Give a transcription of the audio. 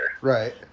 Right